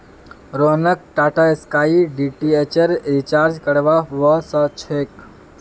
रोहनक टाटास्काई डीटीएचेर रिचार्ज करवा व स छेक